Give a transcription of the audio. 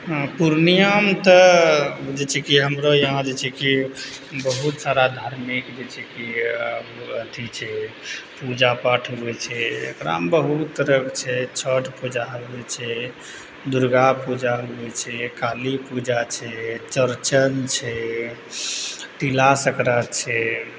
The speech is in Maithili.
पूर्णियामे तऽ जे छै की हमरो यहाँ जे छै की बहुत सारा धार्मिक जे छै की अथी छै पूजा पाठ होइ छै एकरामे बहुत तरहके छै छठ पूजा होइ छै दुर्गा पूजा होइ छै काली पूजा छै चौरचन छै तिला सङ्क्राति छै